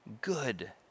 good